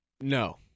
No